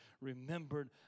remembered